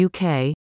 UK